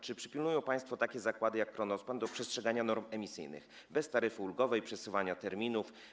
Czy przypilnują państwo takich zakładów jak Kronospan, by przestrzegały norm emisyjnych bez taryfy ulgowej, przesuwania terminów?